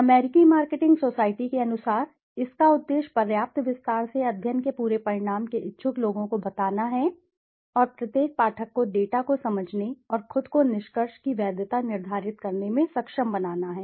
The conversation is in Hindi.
अमेरिकी मार्केटिंग सोसाइटी के अनुसार इसका उद्देश्य पर्याप्त विस्तार से अध्ययन के पूरे परिणाम के इच्छुक लोगों को बताना है और प्रत्येक पाठक को डेटा को समझने और खुद को निष्कर्ष की वैधता निर्धारित करने में सक्षम बनाना है